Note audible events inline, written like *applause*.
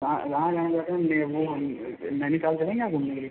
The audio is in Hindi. वहाँ वहाँ जाना चाहते हैं *unintelligible* वह नैनीताल चलें क्या घूमने के लिए